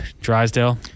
Drysdale